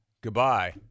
goodbye